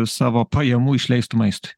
savo pajamų išleistų maistui